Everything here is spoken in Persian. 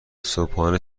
صبحانه